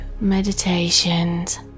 meditations